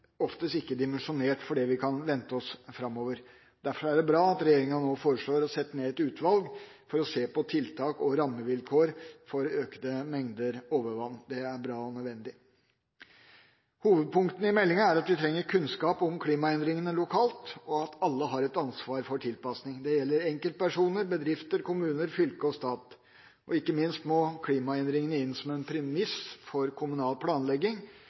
oftest ikke dimensjonert for det vi kan vente oss framover. Derfor er det bra at regjeringa nå foreslår å sette ned et utvalg for å se på tiltak og rammevilkår for økte mengder overvann. Det er bra og nødvendig. Hovedpunktene i meldingen er at vi trenger kunnskap om klimaendringene lokalt, og at alle har et ansvar for tilpasning. Det gjelder enkeltpersoner, bedrifter, kommuner, fylker og stat. Ikke minst må klimaendringene inn som en premiss for kommunal planlegging.